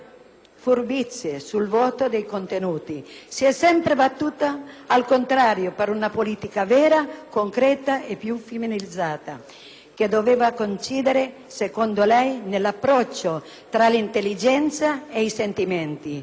furbizie, sul vuoto dei contenuti; si è sempre battuta, al contrario, per una politica vera, concreta e più "femminilizzata", che doveva coincidere, secondo lei, nell'incrocio tra intelligenza e sentimenti.